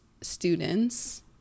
students